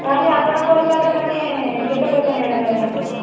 ତା'ହେଲେ ଆପଣଙ୍କ ହିସାବରେ ମାନେ କେତେ ପଇସା ନେଲେ ହେବ